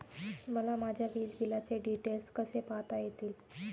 मला माझ्या वीजबिलाचे डिटेल्स कसे पाहता येतील?